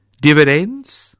Dividends